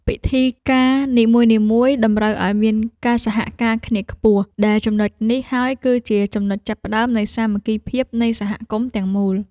ពិធីការនីមួយៗតម្រូវឱ្យមានការសហការគ្នាខ្ពស់ ដែលចំណុចនេះហើយគឺជាចំណុចចាប់ផ្តើមនៃសាមគ្គីភាពក្នុងសហគមន៍ទាំងមូល។